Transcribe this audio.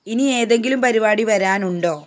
ഇനി ഏതെങ്കിലും പരിപാടി വരാനുണ്ടോ